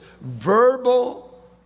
verbal